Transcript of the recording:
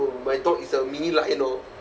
my dog is a mini lion orh